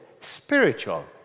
spiritual